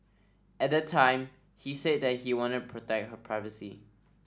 at the time he said that he wanted to protect her privacy